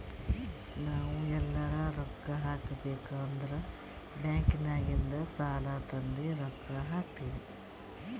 ನಾವ್ ಎಲ್ಲಾರೆ ರೊಕ್ಕಾ ಹಾಕಬೇಕ್ ಅಂದುರ್ ಬ್ಯಾಂಕ್ ನಾಗಿಂದ್ ಸಾಲಾ ತಂದಿ ರೊಕ್ಕಾ ಹಾಕ್ತೀನಿ